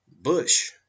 Bush